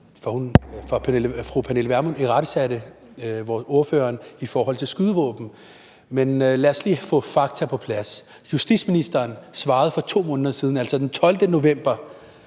fru Pernille Vermund irettesatte ordføreren i forhold til det om skydevåben, men lad os lige få fakta på plads. Justitsministeren svarede for 2 måneder siden, altså den 12. november,